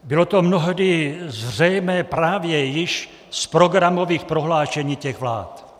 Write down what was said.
Bylo to mnohdy zřejmé právě již z programových prohlášení těch vlád.